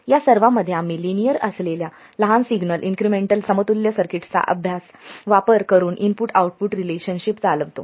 या सर्वांमध्ये आम्ही लिनियर असलेल्या लहान सिग्नल इन्क्रिमेंटल समतुल्य सर्किट्सचा वापर करून इनपुट आउटपुट रिलेशनशिप चालवितो